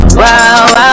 wow